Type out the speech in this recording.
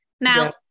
now